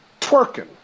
Twerking